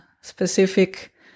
specific